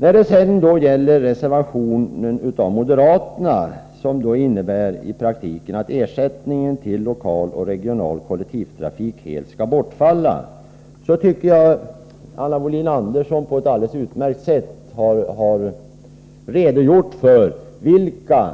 När det sedan gäller reservationen av moderaterna, som i praktiken innebär att ersättningen till lokal och regional kollektivtrafik helt skall bortfalla, tycker jag att Anna Wohlin-Andersson på ett utmärkt sätt har redogjort för vilka